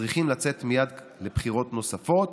צריכות לצאת מייד לבחירות נוספות.